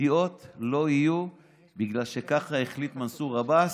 נטיעות לא יהיו, בגלל שככה החליט מנסור עבאס.